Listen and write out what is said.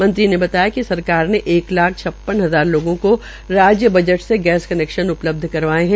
मंत्री ने बताया कि सरकार ने एक लाख छप्पन हजार लोगों को राज्य बजट से गैस कनैक्शन उपलब्ध करवाये है